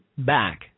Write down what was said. back